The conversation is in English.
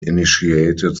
initiated